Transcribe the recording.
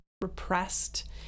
repressed